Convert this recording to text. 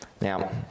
Now